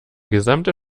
gesamte